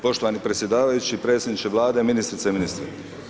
Poštovani predsjedavajući, predsjedniče Vlade, ministrice i ministri.